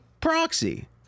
proxy